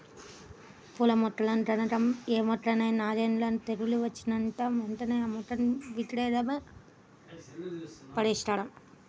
పూల మొక్కల్లో గనక ఏ మొక్కకైనా నాంజేడు తెగులు వచ్చినట్లుంటే వెంటనే ఆ మొక్కని పీకెయ్యడమే పరిష్కారం